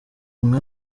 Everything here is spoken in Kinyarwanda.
umwe